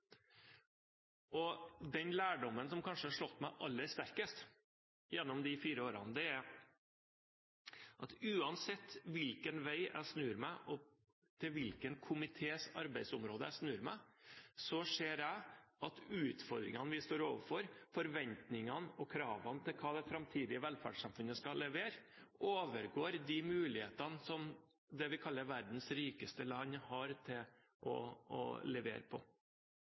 periode. Den lærdommen som kanskje har slått meg aller sterkest gjennom disse fire årene, er at uansett hvilken vei og hvilken komités arbeidsområde jeg snur meg til, ser jeg at utfordringene vi står overfor, forventningene og kravene til hva det framtidige velferdssamfunnet skal levere, overgår de mulighetene som det vi kaller verdens rikeste land har når det gjelder å levere. Vi kan se det innenfor somatikken og på